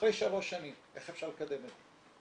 אחרי שלוש שנים, איך אפשר לקדם את זה?